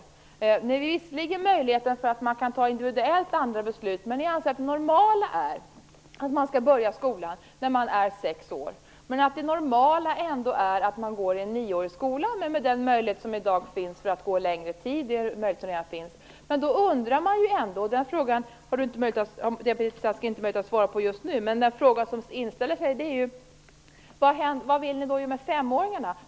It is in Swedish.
Ni håller visserligen öppet för att man individuellt kan fatta andra beslut, men ni anser ändå att det normala är att barnen börjar skolan när de är sex år och att de går i en nioårig skola men med den möjlighet som redan i dag finns att gå längre tid. Då undrar man ju ändå vad ni vill göra med femåringarna. Jag säger detta trots att jag vet att Beatrice Ask inte har möjlighet att svara på den frågan nu.